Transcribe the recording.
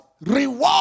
Reward